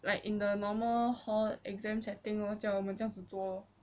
like in the normal hall exam setting lor 叫我们这样子做 lor